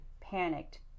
panicked